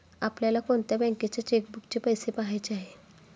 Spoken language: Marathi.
आपल्याला कोणत्या बँकेच्या चेकबुकचे पैसे पहायचे आहे?